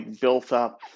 built-up